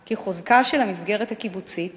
כי חוזקה של המסגרת הקיבוצית